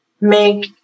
make